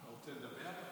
אתה רוצה לדבר?